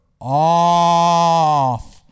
off